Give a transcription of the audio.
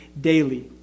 daily